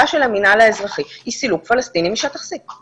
של המינהל האזרחי היא סילוק פלסטינים משטח C,